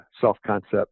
self-concept